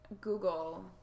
google